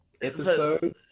episode